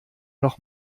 noch